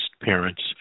parents